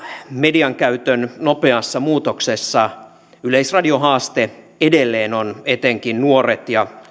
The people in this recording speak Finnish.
mediankäytön nopeassa muutoksessa yleisradion haaste edelleen on etenkin nuoret ja